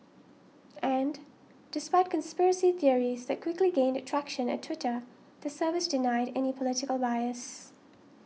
and despite conspiracy theories that quickly gained traction at Twitter the service denied any political bias